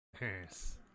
Yes